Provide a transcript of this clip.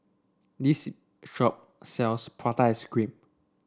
this shop sells Prata Ice Cream